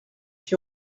qui